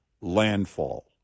landfall